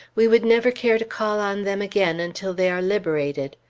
we would never care to call on them again until they are liberated.